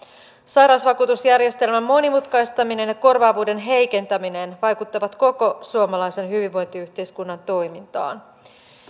sairausvakuutusjärjestelmän monimutkaistaminen ja korvaavuuden heikentäminen vaikuttavat koko suomalaisen hyvinvointiyhteiskunnan toimintaan